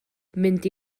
mynd